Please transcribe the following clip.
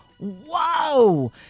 Whoa